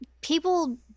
people